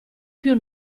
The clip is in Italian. più